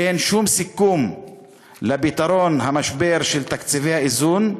"אין שום סיכום לפתרון המשבר של תקציבי האיזון,